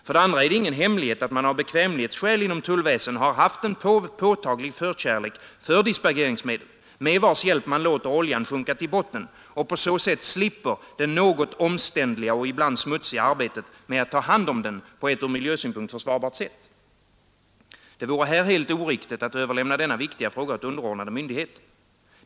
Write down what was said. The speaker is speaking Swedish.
För det andra är det ingen hemlighet att man av bekvämlighetsskäl inom tullväsendet har haft en påtaglig förkärlek för dispergeringsmedel, med vars hjälp man låter oljan sjunka till botten och på så sätt slipper det något omständliga och ibland smutsiga arbetet med att ta hand om den på ett från miljösynpunkt försvarbart sätt. Det vore här helt oriktigt att överlämna denna viktiga fråga åt underordnade myndigheter.